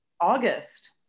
August